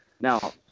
now